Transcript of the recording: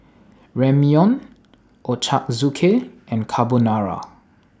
Ramyeon Ochazuke and Carbonara